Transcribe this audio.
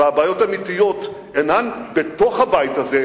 והבעיות האמיתיות אינן בתוך הבית הזה,